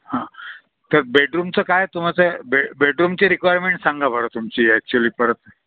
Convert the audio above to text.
हां तर बेडरूमचं काय तुमचं बे बेडरूमची रिक्वायरमेंट सांगा बरं तुमची ॲक्च्युली परत